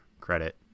credit